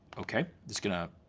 okay, just gonna